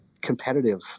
competitive